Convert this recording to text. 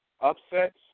upsets